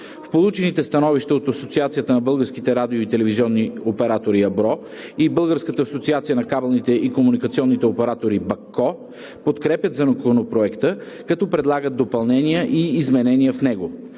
В получените становища от Асоциацията на българските радио и телевизионни оператори (АБРО) и Българската асоциация на кабелните и комуникационните оператори (БАККО) подкрепят Законопроекта, като предлагат допълнения и изменения в него.